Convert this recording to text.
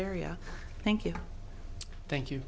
area thank you thank you